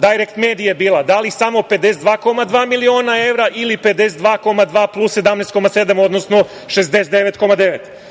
„Dajrekt medije“ bila. Da li samo 52,2 miliona evra ili 52,2 plus 17,7, odnosno 69,9?